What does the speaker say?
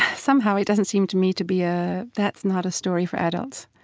somehow, it doesn't seem to me to be, ah that's not a story for adults.